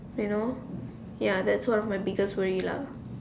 you know ya that's one of my biggest worries lah